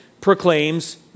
proclaims